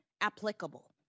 applicable